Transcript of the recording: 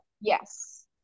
Yes